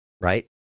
right